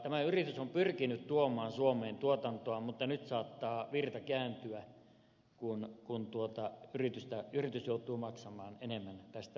tämä yritys on pyrkinyt tuomaan suomeen tuotantoa mutta nyt saattaa virta kääntyä kun yritys joutuu maksamaan enemmän tästä veroa